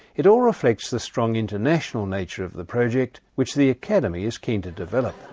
it all reflects the strong international nature of the project which the academy is keen to develop.